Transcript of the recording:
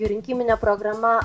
rinkiminė programa